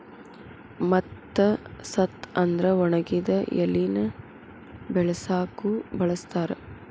ಮತ್ತ ಸತ್ತ ಅಂದ್ರ ಒಣಗಿದ ಎಲಿನ ಬಿಳಸಾಕು ಬಳಸ್ತಾರ